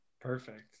Perfect